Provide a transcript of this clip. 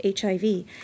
HIV